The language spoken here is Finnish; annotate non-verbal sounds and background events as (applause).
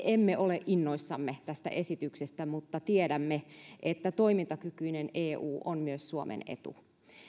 (unintelligible) emme ole innoissamme tästä esityksestä mutta tiedämme että toimintakykyinen eu on myös suomen etu